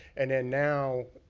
and then, now,